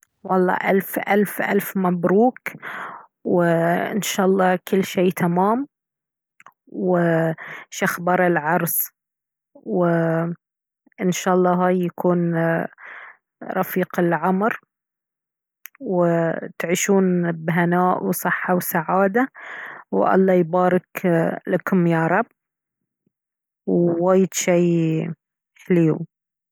والله ألف ألف ألف مبروك وإن شاء الله كل شيء تمام وشخبار العرس وإن شاء الله هاي يكون رفيق العمر وتعيشون بهناء وصحة وسعادة والله يبارك لكم يا رب ووايد شي حليو